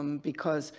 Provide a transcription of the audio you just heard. um because.